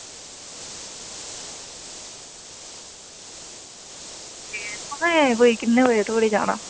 एह् भाई किन्ने बजे धोड़ी जाना